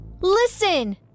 Listen